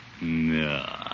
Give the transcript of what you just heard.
No